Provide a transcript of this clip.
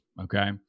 Okay